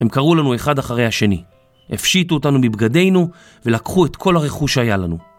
הם קראו לנו אחד אחרי השני, הפשיטו אותנו מבגדינו ולקחו את כל הרכוש שהיה לנו.